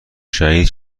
شهید